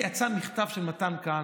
יצא מכתב של מתן כהנא.